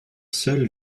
seul